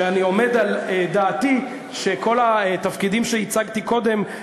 שאני עומד על דעתי שכל התפקידים שהצגתי קודם,